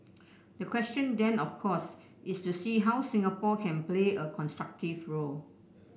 the question then of course is to see how Singapore can play a constructive role